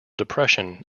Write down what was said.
depression